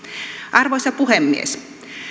arvoisa puhemies